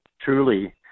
truly